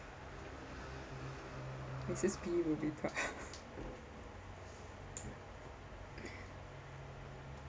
missus P will be proud